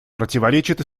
противоречит